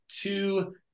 two